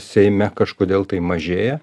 seime kažkodėl tai mažėja